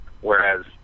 Whereas